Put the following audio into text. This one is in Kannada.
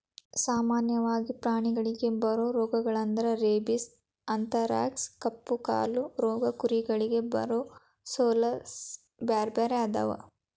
ಸಾಮನ್ಯವಾಗಿ ಪ್ರಾಣಿಗಳಿಗೆ ಬರೋ ರೋಗಗಳಂದ್ರ ರೇಬಿಸ್, ಅಂಥರಾಕ್ಸ್ ಕಪ್ಪುಕಾಲು ರೋಗ ಕುರಿಗಳಿಗೆ ಬರೊಸೋಲೇಸ್ ಬ್ಯಾರ್ಬ್ಯಾರೇ ಅದಾವ